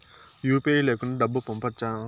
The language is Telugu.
యు.పి.ఐ లేకుండా డబ్బు పంపొచ్చా